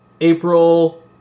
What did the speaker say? April